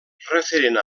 referent